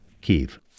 Kiev